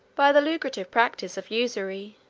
by the lucrative practice of usury